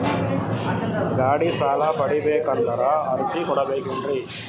ಗಾಡಿ ಸಾಲ ಪಡಿಬೇಕಂದರ ಅರ್ಜಿ ಕೊಡಬೇಕೆನ್ರಿ?